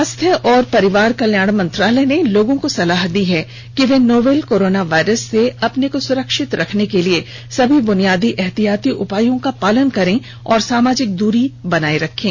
स्वास्थ्य और परिवार कल्याण मंत्रालय ने लोगों को सलाह दी है कि वे नोवल कोरोना वायरस से अपने को सुरक्षित रखने के लिए सभी बुनियादी एहतियाती उपायों का पालन करें और सामाजिक दूरी बनाए रखें